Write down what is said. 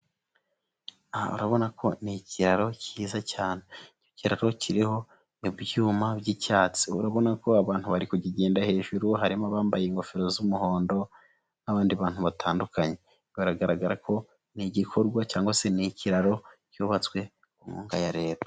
Aha urabona ko ni ikiro cyiza cyane, icyo kiraro kiriho ibyuma by'icyatsi, urabona ko abantu bari kugenda hejuru, harimo abambaye ingofero z'umuhondo n'abandi bantu batandukanye, baragaragara ko n'igikorwa cyangwa se n'ikiraro cyubatswe ku nkunga ya leta.